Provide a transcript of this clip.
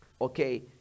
okay